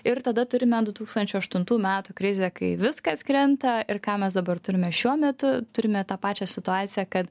ir tada turime du tūkstančio aštuntų metų krizę kai viskas krenta ir ką mes dabar turime šiuo metu turime tą pačią situaciją kad